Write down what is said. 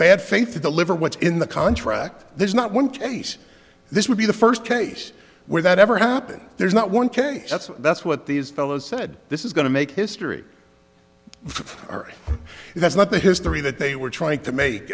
the liver what's in the contract there's not one case this would be the first case where that ever happened there's not one k that's that's what these fellows said this is going to make history or that's not the history that they were trying to make